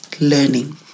learning